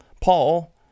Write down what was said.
Paul